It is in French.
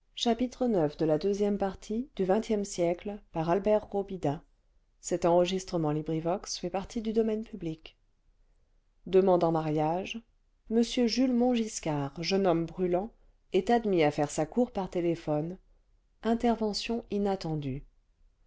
demande en mariage m jules montgiscard jeune homme brûlant est admis à faire sa cour par téléphone intervention inattendue